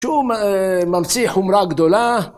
שהוא ממציא חומרה גדולה